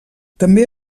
també